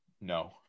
No